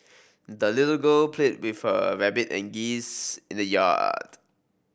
the little girl played with her rabbit and geese in the yard